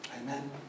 Amen